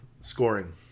scoring